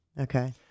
Okay